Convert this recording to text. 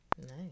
nice